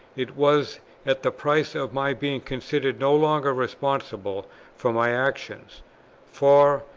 it was at the price of my being considered no longer responsible for my actions for,